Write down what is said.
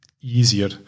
easier